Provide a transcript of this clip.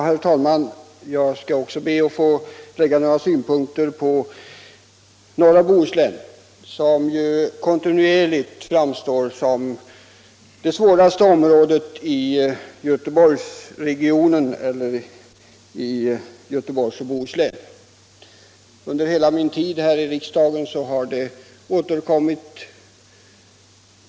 Herr talman! Jag skall också be att få anföra några synpunkter på arbetsmarknadssituationen i norra Bohuslän, som kontinuerligt framstår som det område i Göteborgs och Bohus län som har de största svårigheterna med sysselsättningen. Under hela min tid här i riksdagen har frågan ständigt återkommit.